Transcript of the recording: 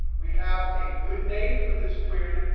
we have a good name for this query.